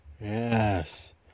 Yes